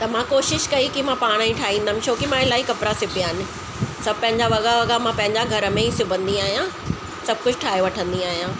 त मां कोशिशि कयईं की मां पाण ई ठाहींदमि छोकी मां इलाही कपिड़ा सिबिया आहिनि सभु पंहिंजा वॻा वॻा मां पंहिंजा घर में ई सिबंदी आहियां सभु कुझु ठाहे वठंदी आहियां